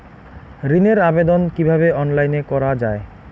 ঋনের আবেদন কিভাবে অনলাইনে করা যায়?